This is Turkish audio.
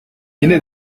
yine